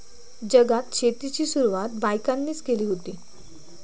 जगात शेतीची सुरवात बायकांनीच केली हुती